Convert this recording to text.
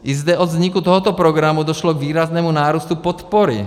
I zde od vzniku tohoto programu došlo k výraznému nárůstu podpory.